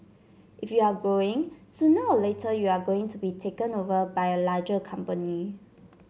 if you're growing sooner or later you are going to be taken over by a larger company